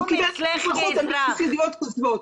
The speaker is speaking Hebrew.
קיבל אזרחות על בסיס ידיעות כוזבות.